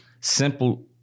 simple